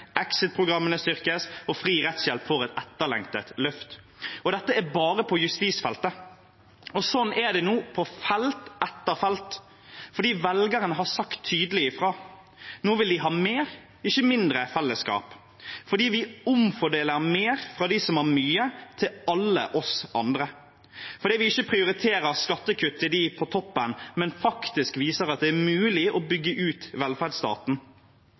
styrkes, og fri rettshjelp får et etterlengtet løft. Og dette er bare på justisfeltet. Sånn er det nå på felt etter felt fordi velgerne har sagt tydelig ifra. Nå vil de ha mer, ikke mindre fellesskap. Vi omfordeler mer fra dem som har mye, til alle oss andre. Vi prioriterer ikke skattekutt til dem på toppen, men viser at det faktisk er mulig å bygge ut velferdsstaten.